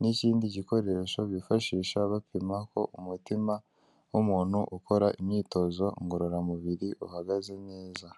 n'ikindi gikoresho bifashisha bapima ko umutima w'umuntu ukora imyitozo ngororamubiri uhagaze neza.